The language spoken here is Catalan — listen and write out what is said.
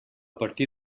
partir